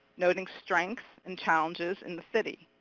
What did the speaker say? noting strengths and challenges in the city.